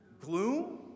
gloom